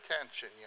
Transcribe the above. attention